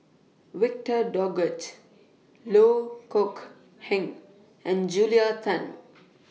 Victor Doggett Loh Kok Heng and Julia Tan